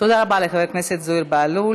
תודה רבה לחבר הכנסת זוהיר בהלול.